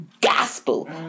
gospel